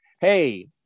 Hey